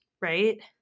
right